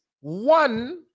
one